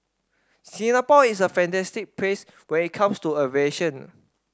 Singapore is a fantastic place when it comes to aviation